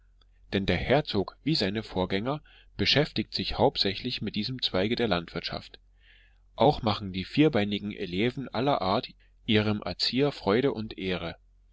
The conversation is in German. denn der herzog wie seine vorgänger beschäftigt sich hauptsächlich mit diesem zweige der landwirtschaft auch machen die vierbeinigen eleven aller art ihrem erzieher freude und ehre